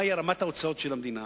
מהי רמת ההוצאות של המדינה,